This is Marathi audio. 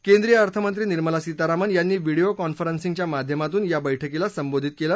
केंद्रीय अर्थमंत्री निर्मला सीतारामन यांनी व्हिडियो कॉन्फरन्सिंगच्या माध्यमातून या बैठकीला संबोधित केलं